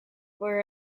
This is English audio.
were